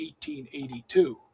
1882